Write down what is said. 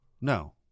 No